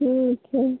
ठीक है